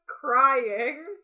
crying